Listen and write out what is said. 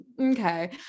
okay